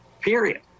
period